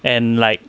and like